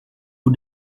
who